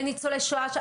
לניצולי שואה שם,